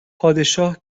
پادشاه